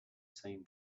seen